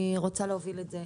אני רוצה להוביל את זה,